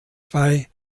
bei